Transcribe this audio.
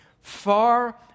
far